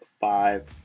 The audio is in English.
five